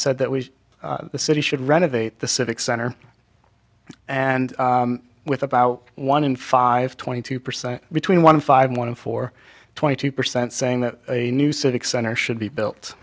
said that was the city should renovate the civic center and with about one in five twenty two percent between one five one four twenty two percent saying that a new civic center should be built